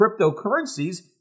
cryptocurrencies